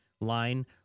line